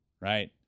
right